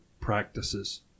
practices